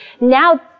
now